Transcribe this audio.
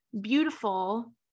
beautiful